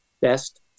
best